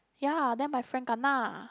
ya then my friend kena